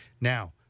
Now